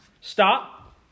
stop